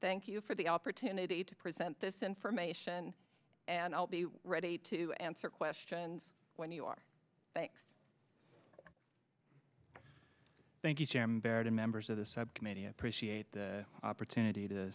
thank you for the opportunity to present this information and i'll be ready to answer questions when you are thanks thank you jim baird and members of the subcommittee appreciate the opportunity to